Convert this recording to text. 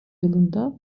yılında